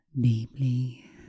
Deeply